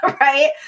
right